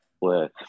work